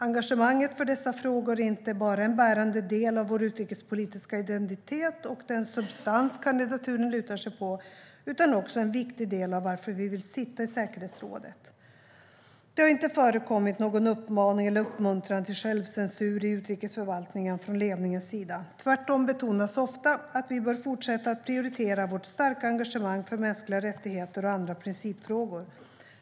Engagemanget för dessa frågor är inte bara en bärande del av vår utrikespolitiska identitet och den substans kandidaturen lutar sig på utan också en viktig del av varför vi vill sitta i säkerhetsrådet. Det har inte förekommit någon uppmaning eller uppmuntran till självcensur i utrikesförvaltningen från ledningens sida. Tvärtom betonas ofta att vi bör fortsätta att prioritera vårt starka engagemang för mänskliga rättigheter och andra principfrågor.